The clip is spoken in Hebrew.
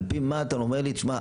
על פי מה אתה אומר לי: תשמע,